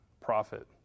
profit